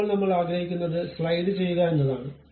ഇപ്പോൾ നമ്മൾ ആഗ്രഹിക്കുന്നത് സ്ലൈസ് ചെയ്യുക എന്നതാണ്